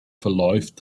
verläuft